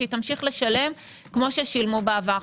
שתמשיך לשלם כפי ששילמו בעבר.